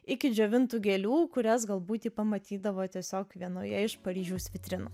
iki džiovintų gėlių kurias galbūt ji pamatydavo tiesiog vienoje iš paryžiaus vitrinų